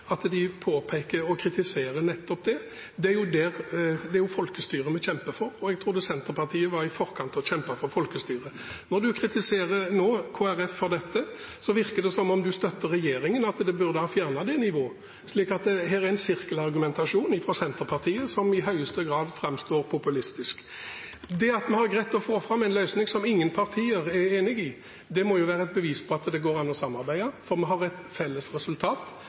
kaller sentralisering, påpeke og kritisere nettopp det. Det er folkestyret vi kjemper for. Jeg trodde Senterpartiet var i forkant og kjempet for folkestyret. Når man nå kritiserer Kristelig Folkeparti for dette, virker det som om man støtter regjeringen, at den burde ha fjernet det nivået. Her er det en sirkelargumentasjon fra Senterpartiet som i høyeste grad framstår populistisk. At vi har greid å få fram en løsning som ingen partier er enig i, må være et bevis på at det går an å samarbeide, for vi har et felles resultat